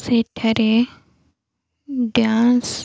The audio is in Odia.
ସେଠାରେ ଡ୍ୟାନ୍ସ